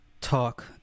talk